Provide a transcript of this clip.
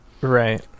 Right